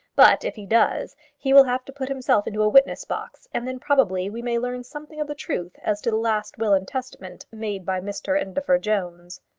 but if he does, he will have to put himself into a witness-box, and then probably we may learn something of the truth as to the last will and testament made by mr indefer jones.